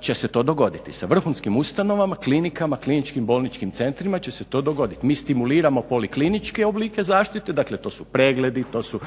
će se to dogoditi, sa vrhunskim ustanovama, klinikama, kliničkim bolničkim centrima će se to dogoditi, mi stimuliramo polikliničke oblike zaštite, dakle to su pregledi, to su